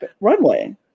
runway